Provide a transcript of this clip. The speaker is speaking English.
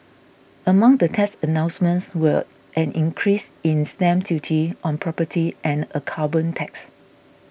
among the tax announcements were an increase in stamp duty on property and a carbon tax